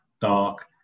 dark